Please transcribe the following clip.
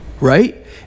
Right